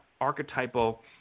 archetypal